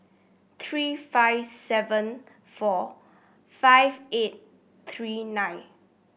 three five seven four five eight three nine